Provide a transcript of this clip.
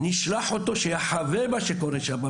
נשלח אותו שיחווה מה שקורה שם.